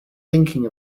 thinking